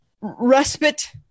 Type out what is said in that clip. Respite